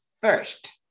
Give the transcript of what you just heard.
first